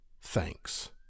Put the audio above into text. thanks